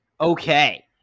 Okay